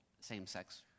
same-sex